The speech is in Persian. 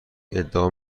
ادعا